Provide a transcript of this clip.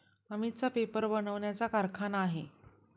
अमितचा पेपर बनवण्याचा कारखाना आहे